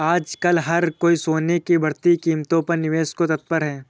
आजकल हर कोई सोने की बढ़ती कीमतों पर निवेश को तत्पर है